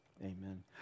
Amen